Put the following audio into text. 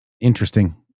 Interesting